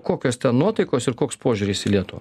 kokios nuotaikos ir koks požiūris į lietuvą